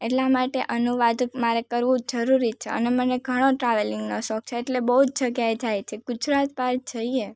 એટલા માટે અનુવાદ મારે કરવો જરૂરી છે અને મને ઘણો ટ્રાવેલિંગનો શોક છે એટલે બઉ જગ્યાએ જઈએ છીએ ગુજરાત બહાર જઈએ